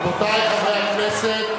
רבותי חברי הכנסת,